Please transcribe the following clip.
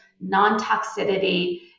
non-toxicity